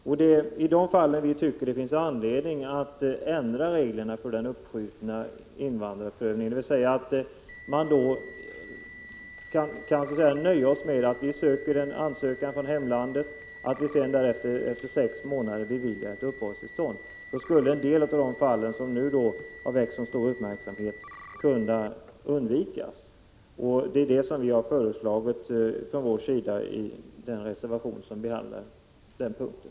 Det är med tanke på dessa fall som vi tycker att det finns anledning att ändra reglerna för den uppskjutna invandrarprövningen. Vi kan då nöja oss med att vi begär en ansökan från hemlandet och att vi sedan efter sex månader beviljar ett permanent uppehållstillstånd. Då skulle en del sådana fall som nu har väckt så stor uppmärksamhet kunna undvikas. Det är detta vi har föreslagit i den reservation som avgivits på den här punkten.